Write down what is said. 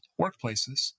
workplaces